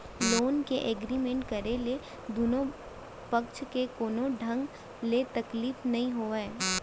loan के agreement करे ले दुनो पक्छ ल कोनो ढंग ले तकलीफ नइ होवय